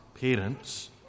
parents